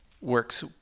works